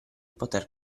poter